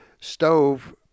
stove